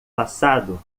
passado